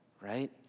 right